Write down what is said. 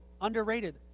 underrated